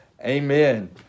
Amen